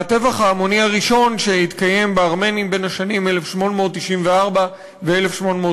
והטבח ההמוני הראשון שנעשהם בארמנים בשנים 1894 1896,